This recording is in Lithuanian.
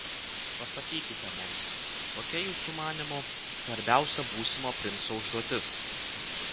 pasakykite mums kokia jūsų manymu svarbiausia būsimo princo užduotis